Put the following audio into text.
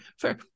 fair